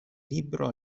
libero